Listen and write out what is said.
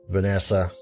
Vanessa